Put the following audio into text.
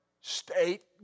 state